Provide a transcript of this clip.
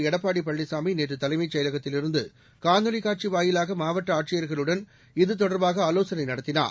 எடப்பாடி பழனிசாமி நேற்று தலைமைச் செயலகத்திலிருந்து காணொலி காட்சி வாயிலாக மாவட்ட ஆட்சியர்களுடன் ஆலோசனை நடத்தினார்